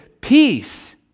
peace